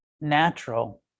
natural